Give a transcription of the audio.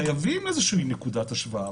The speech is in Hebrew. חייבים איזושהי נקודת השוואה,